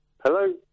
Hello